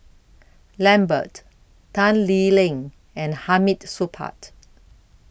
Lambert Tan Lee Leng and Hamid Supaat